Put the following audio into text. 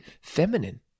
feminine